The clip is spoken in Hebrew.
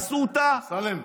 אמסלם.